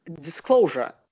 disclosure